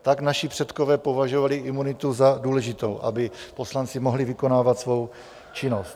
Tak naši předkové považovali za důležité, aby poslanci mohli vykonávat svou činnost.